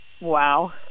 Wow